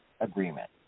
Agreement